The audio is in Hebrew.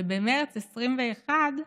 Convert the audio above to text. ובמרץ 2021,